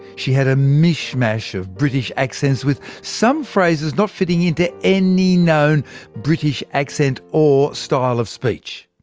she had a mishmash of british accents, with some phrases not fitting into any known british accent or style of speech.